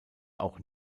auch